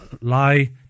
lie